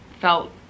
felt